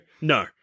no